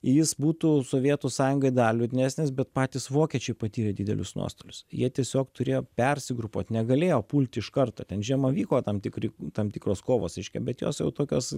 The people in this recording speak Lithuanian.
jis būtų sovietų sąjungai dar liūdnesnis bet patys vokiečiai patyrė didelius nuostolius jie tiesiog turėjo persigrupuot negalėjo pulti iš karto ten žiemą vyko tam tikri tam tikros kovos reiškia bet jos jau tokios